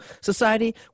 society